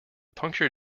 puncture